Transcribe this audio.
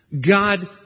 God